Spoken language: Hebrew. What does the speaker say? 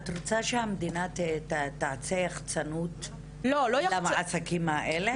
את רוצה שהמדינה תעשה יחצ"נות למעסיקים האלה?